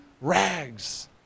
rags